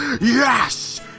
Yes